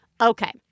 Okay